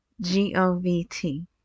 G-O-V-T